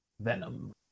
Venom